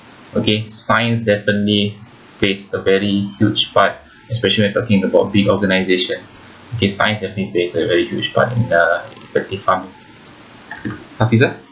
okay science definitely plays a very huge part especially when talking about big organisation K science has been plays a very huge part in the effective farming hafizah